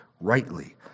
rightly